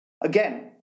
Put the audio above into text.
Again